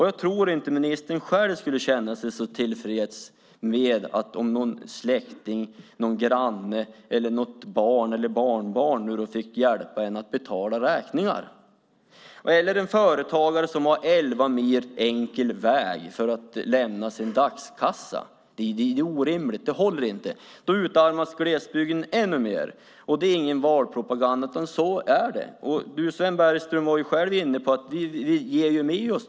Jag tror inte att ministern själv skulle känna sig så tillfreds med att någon släkting, granne, barn eller barnbarn fick hjälpa en att betala räkningar. Det kan också handla om en företagare som har elva mil enkel väg för att lämna sin dagskassa. Det är orimligt. Det håller inte. Glesbygden utarmas ännu mer. Det är inte valpropaganda, utan så är det. Sven Bergström var själv inne på att vi delar med oss.